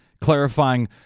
Clarifying